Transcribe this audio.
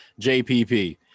JPP